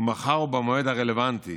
מאחר שבמועד הרלוונטי